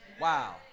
Wow